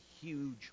huge